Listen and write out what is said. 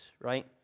right